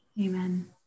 Amen